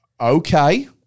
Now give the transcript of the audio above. okay